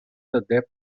adept